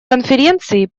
конференции